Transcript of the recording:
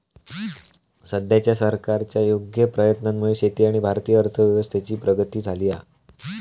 सद्याच्या सरकारच्या योग्य प्रयत्नांमुळे शेती आणि भारतीय अर्थव्यवस्थेची प्रगती झाली हा